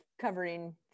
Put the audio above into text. covering